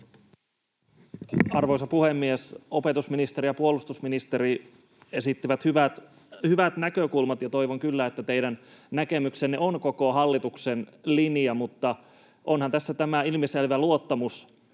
Arvoisa puhemies! Opetusministeri ja puolustusministeri esittivät hyvät näkökulmat, ja toivon kyllä, että teidän näkemyksenne on koko hallituksen linja. Mutta onhan tässä tämä ilmiselvä luottamusongelma.